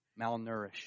malnourished